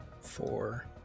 four